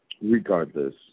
Regardless